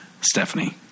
Stephanie